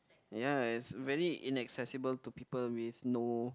ya is very inaccessible to people with no